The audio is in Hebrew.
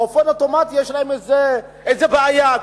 באופן אוטומטי יש להם איזה בעיה,